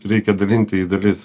reikia dalinti į dalis